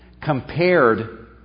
compared